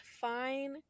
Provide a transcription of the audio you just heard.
fine